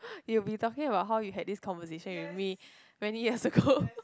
you'll be talking about how you had this conversation with me many years ago